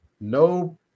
No